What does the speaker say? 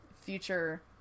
future